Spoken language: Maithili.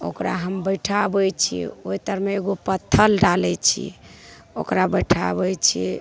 ओकरा हम बैठाबै छिए ओहि तरमे एगो पत्थर डालै छिए ओकरा बैठाबै छिए